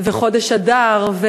וחודש אדר,